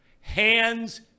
Hands